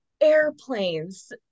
airplanes